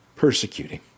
persecuting